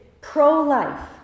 pro-life